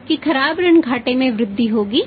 तो निर्णय हाँ है